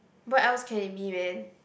what else can it be man